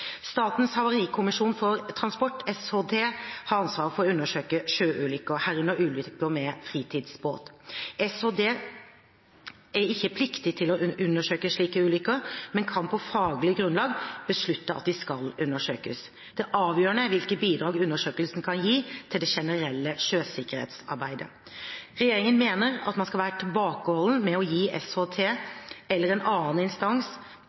Statens havarikommisjon for transport, SHT, har ansvaret for å undersøke sjøulykker, herunder ulykker med fritidsbåter. SHT er ikke pliktig til å undersøke slike ulykker, men kan på faglig grunnlag beslutte at de skal undersøkes. Det avgjørende er hvilke bidrag undersøkelsen kan gi til det generelle sjøsikkerhetsarbeidet. Regjeringen mener at man skal være tilbakeholden med å pålegge SHT eller en annen instans